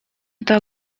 эта